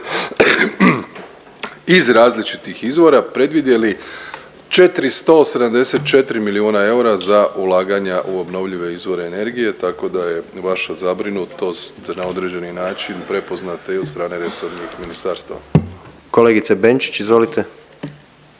iz različitih izvora predvidjeli 474 milijuna eura za ulaganja u obnovljive izvore energije, tako da je vaša zabrinutost na određeni način prepoznata i od strane resornih ministarstava. **Jandroković, Gordan